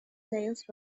sales